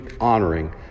honoring